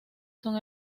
son